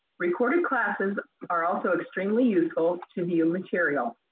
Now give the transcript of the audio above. recorded classes are also extremely useful to view material.